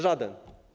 Żaden.